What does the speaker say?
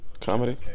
Comedy